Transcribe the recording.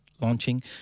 launching